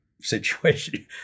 situation